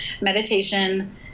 Meditation